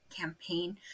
campaign